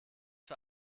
für